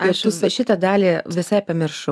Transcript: aš visą šitą dalį visai pamiršau